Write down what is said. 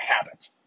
habit